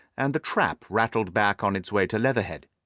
and the trap rattled back on its way to leatherhead.